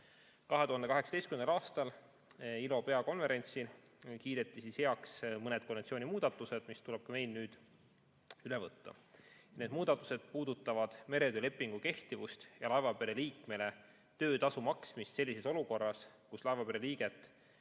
aastal ILO peakonverentsil kiideti heaks mõned konventsiooni muudatused, mis tuleb ka meil nüüd üle võtta. Need muudatused puudutavad meretöölepingu kehtivust ja laevapere liikmele töötasu maksmist sellises olukorras, kus laevapere liiget